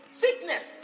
sickness